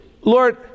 Lord